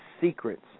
secrets